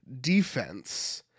defense